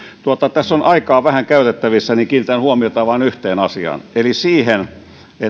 tässä on aikaa vähän käytettävissä joten kiinnitän huomiota vain yhteen asiaan eli siihen